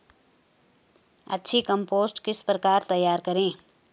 अच्छी कम्पोस्ट किस प्रकार तैयार करें?